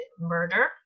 murder